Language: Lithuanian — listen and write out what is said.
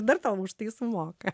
dar tau už tai sumoka